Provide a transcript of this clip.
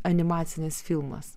animacinis filmas